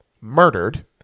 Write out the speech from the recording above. murdered